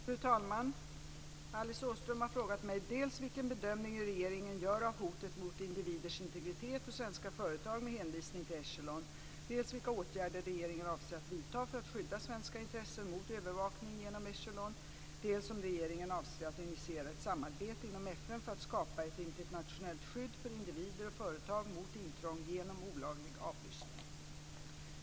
Fru talman! Alice Åström har frågat mig dels vilken bedömning regeringen gör av hotet mot individers integritet och svenska företag med hänvisning till Echelon, dels vilka åtgärder regeringen avser att vidta för att skydda svenska intressen mot övervakning genom Echelon, dels om regeringen avser att initiera ett samarbete inom FN för att skapa ett internationellt skydd för individer och företag mot intrång genom olaglig avlyssning.